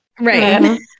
Right